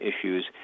issues